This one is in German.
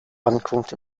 ankunft